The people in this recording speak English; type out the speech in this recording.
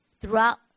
throughout